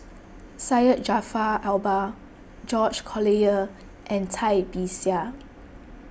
Syed Jaafar Albar George Collyer and Cai Bixia